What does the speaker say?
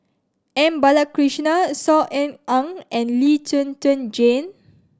M Balakrishnan Saw Ean Ang and Lee Zhen Zhen Jane